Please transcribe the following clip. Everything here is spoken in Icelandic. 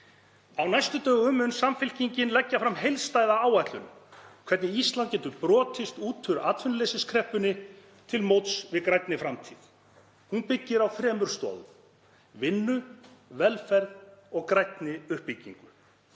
Á næstu dögum mun Samfylkingin leggja fram heildstæða áætlun um hvernig Ísland getur brotist út úr atvinnuleysiskreppunni til móts við grænni framtíð. Hún byggir á þremur stoðum; vinnu, velferð og grænni uppbyggingu.